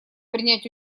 принять